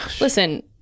Listen